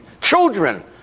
children